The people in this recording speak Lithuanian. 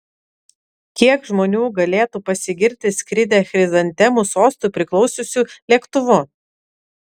kiek žmonių galėtų pasigirti skridę chrizantemų sostui priklausiusiu lėktuvu